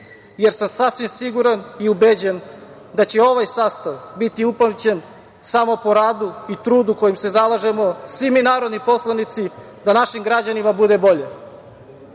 jer sam sasvim siguran i ubeđen da će ovaj sastav biti upamćen samo po radu i trudu kojim se zalažemo, svi mi narodni poslanici, da našim građanima bude